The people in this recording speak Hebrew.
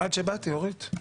עד שבאתי, אורית.